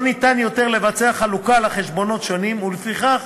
לא ניתן עוד לבצע חלוקה לחשבונות שונים, ולפיכך